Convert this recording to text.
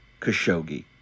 Khashoggi